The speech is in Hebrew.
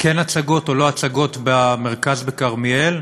כן הצגות או לא הצגות במרכז באריאל,